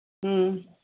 ꯎꯝ